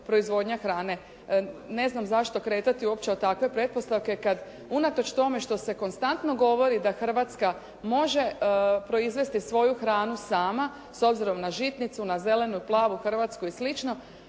Ne znam zašto kretati uopće od takve pretpostavke kad unatoč tome što se konstantno govori da Hrvatska može proizvesti svoju hranu sama s obzirom na žitnicu, na zelenu, plavu Hrvatsku i